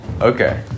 Okay